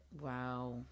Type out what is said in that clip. Wow